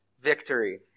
victory